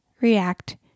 react